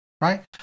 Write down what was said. right